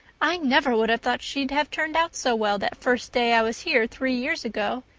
i never would have thought she'd have turned out so well that first day i was here three years ago,